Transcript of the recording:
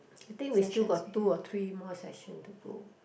I think we still got two or three more session to go